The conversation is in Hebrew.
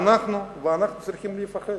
ואנחנו צריכים לפחד.